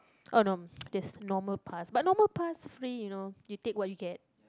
oh that's normal pass but normal pass free you know you take what you get